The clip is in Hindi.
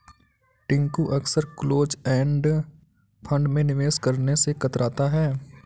टिंकू अक्सर क्लोज एंड फंड में निवेश करने से कतराता है